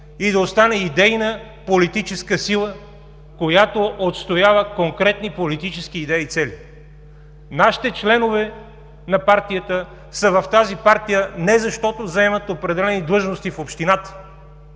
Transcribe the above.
и да остане идейна политическа сила, която отстоява конкретни политически идеи и цели. Нашите членове на партията са в тази партия не защото заемат определени длъжности в общината,